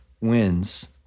wins